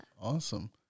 awesome